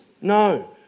No